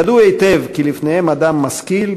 ידעו היטב כי לפניהם אדם משכיל,